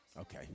Okay